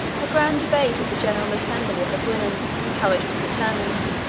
a grand debate at the general assembly of the houyhnhnms, and how it was determined.